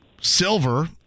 Silver